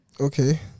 Okay